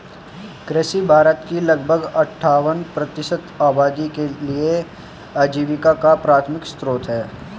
कृषि भारत की लगभग अट्ठावन प्रतिशत आबादी के लिए आजीविका का प्राथमिक स्रोत है